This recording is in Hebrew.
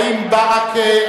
האם ברכה,